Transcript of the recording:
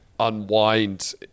Unwind